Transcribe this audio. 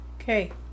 okay